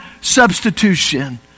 substitution